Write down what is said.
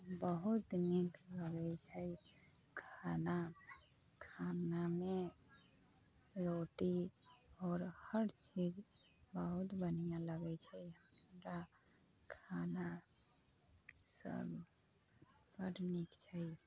बहुत नीक लगै छै खाना खानामे रोटी आओर हर चीज बहुत बढ़िऑं लगै छै हमरा खाना सब बड्ड नीक छै